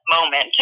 moment